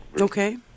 Okay